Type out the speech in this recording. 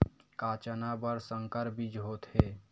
का चना बर संकर बीज होथे?